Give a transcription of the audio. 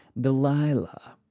Delilah